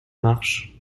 marche